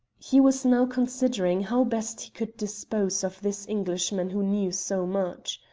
he was now considering how best he could dispose of this englishman who knew so much.